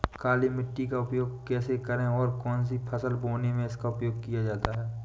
काली मिट्टी का उपयोग कैसे करें और कौन सी फसल बोने में इसका उपयोग किया जाता है?